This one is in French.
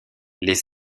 les